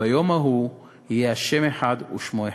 ביום ההוא יהיה ה' אחד ושמו אחד".